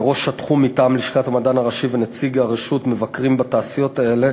ראש התחום מטעם לשכת המדען הראשי ונציג הרשות מבקרים בתעשיות האלה